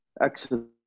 excellent